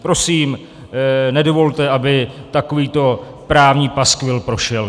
Prosím, nedovolte, aby takovýto právní paskvil prošel.